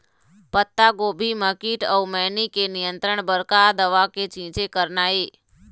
पत्तागोभी म कीट अऊ मैनी के नियंत्रण बर का दवा के छींचे करना ये?